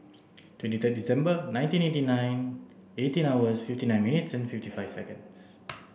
twenty third December nineteen eighty nine eighteen hours fifty nine minutes fifty five seconds